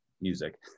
music